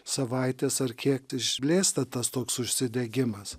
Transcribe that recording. savaitės ar kiek išblėsta tas toks užsidegimas